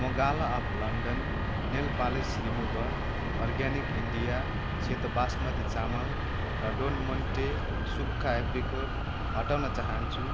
म gala of London nail polish remover organic India सेतो बासमती चामल र डोन मोन्टे सुक्खा एप्रिकोट हटाउन चाहन्छु